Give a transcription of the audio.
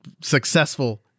successful